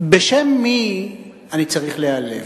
בשם מי אני צריך להיעלב?